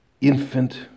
infant